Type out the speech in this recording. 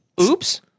Oops